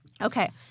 okay